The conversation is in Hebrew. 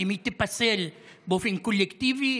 האם היא תיפסל באופן קולקטיבי?